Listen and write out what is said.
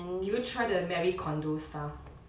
did you try the marie kondo style